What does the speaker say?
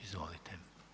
Izvolite.